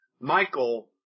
Michael –